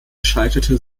scheiterte